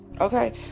okay